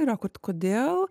yra kad kodėl